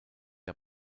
der